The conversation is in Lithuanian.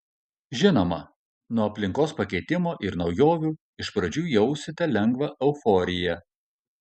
žinoma nuo aplinkos pakeitimo ir naujovių iš pradžių jausite lengvą euforiją